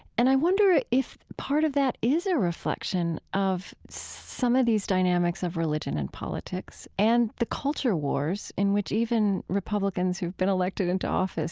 and i wonder if part of that is a reflection of some of these dynamics of religion and politics and the culture wars in which even republicans who have been elected into office